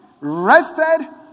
rested